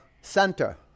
center